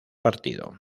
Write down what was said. partido